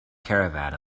caravan